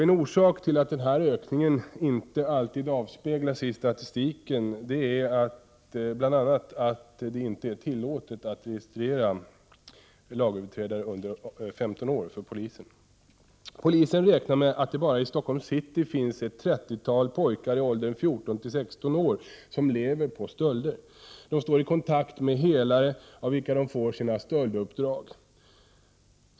En orsak till att den här ökningen inte alltid avspeglar sig i statistiken är bl.a. att det inte är tillåtet för polisen att registrera lagöverträdare under 15 år. Polisen räknar med att det bara i Stockholms city finns ett trettiotal pojkar i åldern 14—16 år som lever på stölder. De står i kontakt med hälare, av vilka de får sina stölduppdrag.